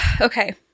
Okay